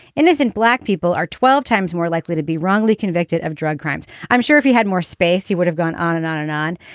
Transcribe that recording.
innocent black people are twelve times more likely to be wrongly convicted of drug crimes. i'm sure if you had more space, he would have gone on and on and on.